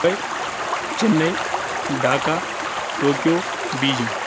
Dubai Chennai Dhaka Tokyo Beijing